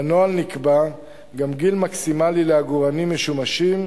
בנוהל נקבע גם גיל מקסימלי לעגורנים משומשים,